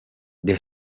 the